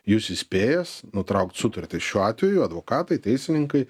jus įspėjęs nutraukt sutartį šiuo atveju advokatai teisininkai